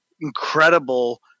incredible